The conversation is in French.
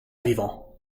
vivant